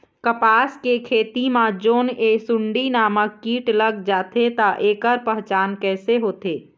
कपास के खेती मा जोन ये सुंडी नामक कीट लग जाथे ता ऐकर पहचान कैसे होथे?